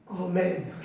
Amen